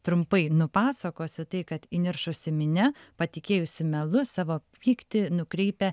trumpai nupasakosiu tai kad įniršusi minia patikėjusi melu savo pyktį nukreipia